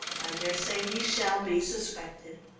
i dare say we shall be suspected.